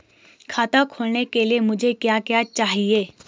खाता खोलने के लिए मुझे क्या क्या चाहिए?